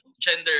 gender